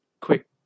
quick